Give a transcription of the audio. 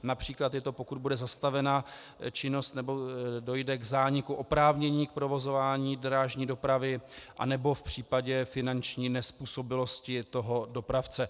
Například je to, pokud bude zastavena činnost nebo dojde k zániku oprávnění k provozování drážní dopravy nebo v případě finanční nezpůsobilosti toho dopravce.